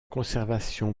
conservation